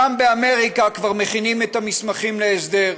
שם באמריקה כבר מכינים את המסמכים להסדר.